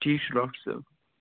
ٹھیٖک چھُ ڈاکٹر صٲب